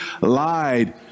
lied